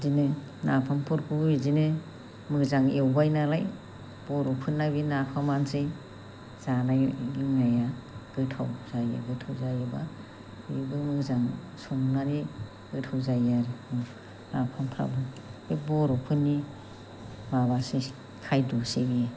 बिदिनो नाफामफोरखौबो बिदिनो मोजां एवबाय नालाय बर'फोरना बे नाफामआनोसै जानाय लोंनाया गोथाव जायो गोथाव जायोबा बेबो मोजां संनानै गोथाव जायो आरो नाफामफ्राबो बे बर'फोरनि माबासै खायद'सै बे